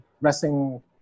wrestling